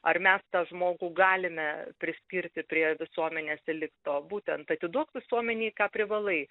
ar mes tą žmogų galime priskirti prie visuomenės elito būtent atiduok visuomenei ką privalai